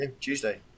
Tuesday